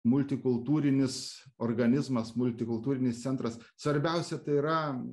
multikultūrinis organizmas multikultūrinis centras svarbiausia tai yra